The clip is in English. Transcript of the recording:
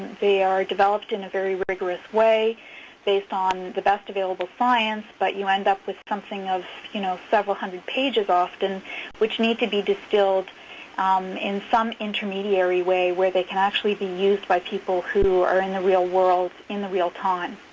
they are developed in a very rigorous way based on the best available science but you end up with something of you know several hundred pages often which needs to be distilled in some intermediary way where they can actually be used by people who are in the real world in real time.